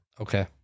Okay